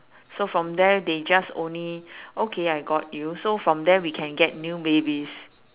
so from there they just only okay I got you so from there we can get new babies